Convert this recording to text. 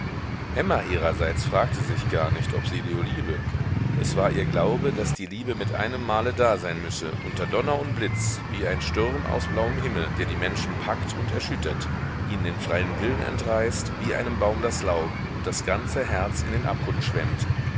emma ihrerseits fragte sich gar nicht ob sie leo liebe es war ihr glaube daß die liebe mit einem male dasein müsse unter donner und blitz wie ein sturm aus blauem himmel der die menschen packt und erschüttert ihnen den freien willen entreißt wie einem baum das laub und das ganze herz in den abgrund schwemmt